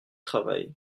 travail